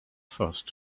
first